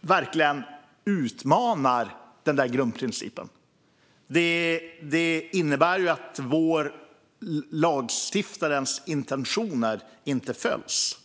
verkligen utmanar dessa grundprinciper. Det innebär att lagstiftarens intentioner inte följs.